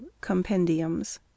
Compendiums